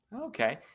Okay